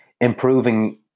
improving